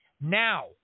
now